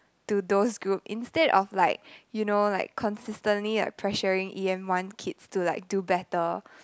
to those group instead of like you know like consistently pressuring e_m one kids to like do better